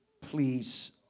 Please